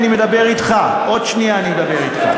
אני מדבר אתך, עוד שנייה אני אדבר אתך.